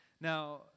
Now